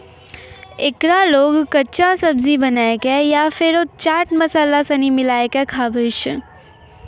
एकरा लोग कच्चा, सब्जी बनाए कय या फेरो चाट मसाला सनी मिलाकय खाबै छै